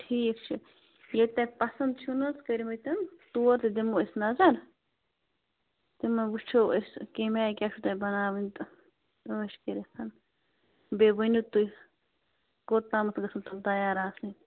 ٹھیٖک چھُ ییٚتہِ تۄہہِ پسند چھُو نَہ حظ کٔرۍمِتۍ تِم تور تہِ دِمو أسۍ نظر تِمن وٕچھُو أسۍ کَمہِ آیہِ کیٛاہ چھُو تۄہہِ بناوٕنۍ تہٕ عٲش کٔرِتھ بیٚیہِ ؤنِو تُہۍ کوٚت تامتھ گَژھن تِم تیار آسٕنۍ